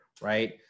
right